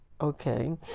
Okay